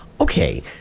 Okay